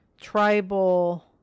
tribal